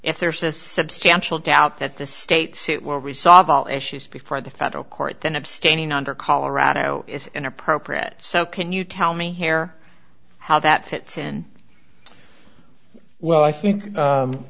if there's a substantial doubt that the state suit will resolve all issues before the federal court then abstaining under colorado is inappropriate so can you tell me where how that fits in well i think